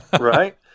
Right